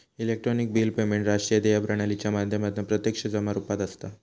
electronic bill payment राष्ट्रीय देय प्रणालीच्या माध्यमातना प्रत्यक्ष जमा रुपात असता